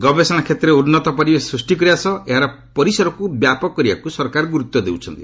ଗବେଷଣା କ୍ଷେତ୍ରରେ ଉନ୍ନତ ପରିବେଶ ସୂଷ୍ଟି କରିବା ସହ ଏହାର ପରିସରକୁ ବ୍ୟାପକ କରିବାକୁ ସରକାର ଗୁରୁତ୍ୱ ଦେଉଛନ୍ତି